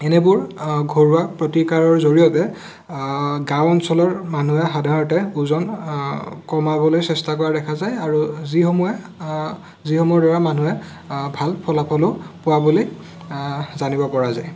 এনেবোৰ ঘৰুৱা প্ৰতিকাৰৰ জৰিয়তে গাঁও অঞ্চলৰ মানুহে সাধাৰণতে ওজন কমাবলৈ চেষ্টা কৰা দেখা যায় আৰু যিসমূহে যিসমূহৰ দ্বাৰা মানুহে ভাল ফলাফলো পোৱা বুলি জানিব পৰা যায়